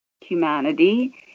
humanity